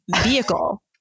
vehicle